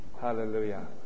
Hallelujah